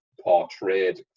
portrayed